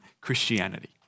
Christianity